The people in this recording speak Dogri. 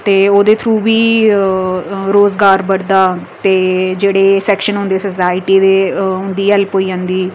ते ओह्दे थ्रू बी अऽ रोजगार बधदा ते जेह्ड़े सैक्शन होंदे सोसायटी दे उंदी हैल्प होई जंदी